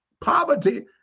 Poverty